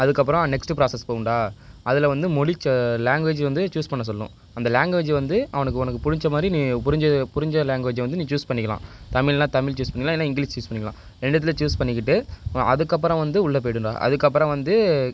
அதுக்கு அப்பறம் next process போகுண்டா அதில் வந்து மொழிச்சா லாங்வேஜ் வந்து சூஸ் பண்ண சொல்லும் அந்த லாங்வேஜ் வந்து அவனுக்கு உனக்கு பிடிச்ச மாதிரி நீ புரிஞ்ச புரிஞ்ச லாங்வேஜை வந்து நீ சூஸ் பண்ணிக்கலாம் தமிழ்னால் தமிழ் சூஸ் பண்ணலாம் இல்லை இங்கிலிஷ் சூஸ் பண்ணிக்கலாம் ரெண்டுத்தில் சூஸ் பண்ணிக்கிட்டு அதுக்கப்பறம் வந்து உள்ள போய்டும்டா அதுக்கு அப்பறம் வந்து